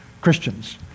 Christians